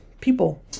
people